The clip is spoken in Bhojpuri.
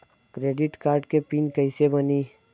क्रेडिट कार्ड के पिन कैसे बनी?